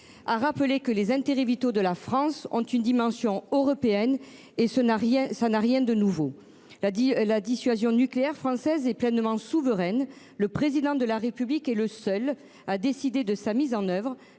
a rappelé que les intérêts vitaux de la France ont une dimension européenne, ce qui n’a rien de nouveau. La dissuasion nucléaire française est pleinement souveraine. Le Président de la République est le seul à décider de sa mise en œuvre